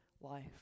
life